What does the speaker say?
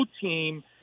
team